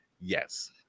yes